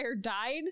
died